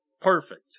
Perfect